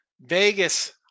Vegas